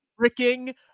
freaking